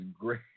great